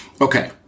Okay